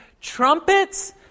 Trumpets